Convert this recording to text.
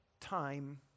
time